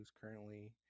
currently